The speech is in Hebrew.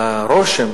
שהרושם